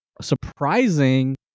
surprising